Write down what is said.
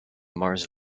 mars